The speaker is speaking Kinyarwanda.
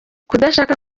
kudashaka